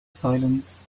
silence